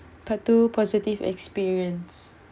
part two positive experience